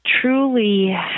truly